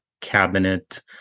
cabinet